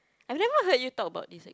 I never heard you talk about this